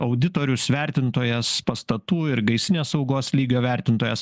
auditorius vertintojas pastatų ir gaisrinės saugos lygio vertintojas